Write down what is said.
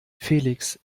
felix